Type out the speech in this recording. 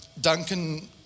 Duncan